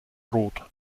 rot